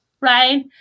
right